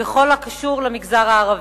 בכל הקשור למגזר הערבי.